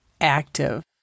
active